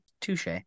touche